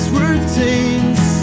routines